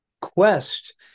quest